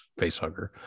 facehugger